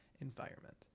environment